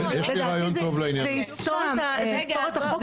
לדעתי זה יסתור את החוק.